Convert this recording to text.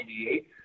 1998